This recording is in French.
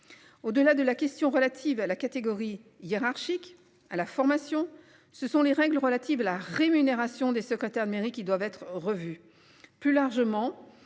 Au-delà de la question relative à la catégorie hiérarchique à la formation, ce sont les règles relatives, la rémunération des secrétaires de mairie qui doivent être revus. Plus largement,